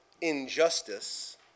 injustice